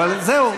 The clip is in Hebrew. אבל זהו,